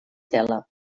tela